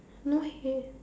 no head